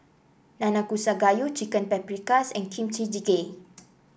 Nanakusa Gayu Chicken Paprikas and Kimchi Jjigae